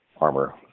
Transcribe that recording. armor